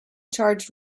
charged